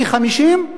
פי-50,